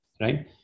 right